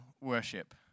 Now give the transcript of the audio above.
worship